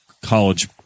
college